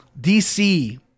DC